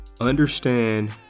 Understand